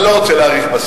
אני לא רוצה להאריך בזה.